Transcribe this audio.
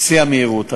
שיא המהירות.